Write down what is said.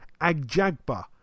Agjagba